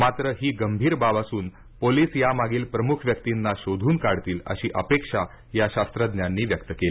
मात्र ही गंभीर बाब असून पोलिस यामागील प्रमुख व्यक्तिंना शोधून काढतील अशी अपेक्षा या शास्त्रज्ञांनी व्यक्त केली